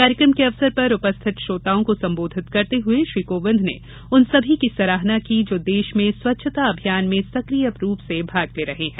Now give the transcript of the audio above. कार्यक्रम के अवसर पर उपस्थित श्रोताओं को संबोधित करते हुए श्री कोविंद ने उन सभी की सराहना की जो देश में स्वच्छता अभियान में सक्रिय रूप से भाग ले रहे हैं